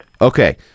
Okay